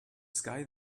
sky